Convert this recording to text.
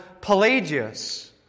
Pelagius